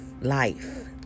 life